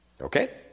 Okay